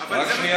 אבל זה בדיוק